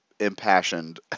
impassioned